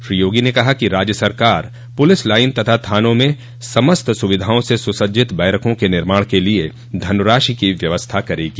श्री योगी ने कहा कि राज्य सरकार पुलिस लाइन तथा थानों में समस्त सुविधाओं से सुसज्जित बैरकों के निर्माण के लिए धनराशि की व्यवस्था करेगी